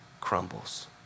crumbles